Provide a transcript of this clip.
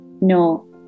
No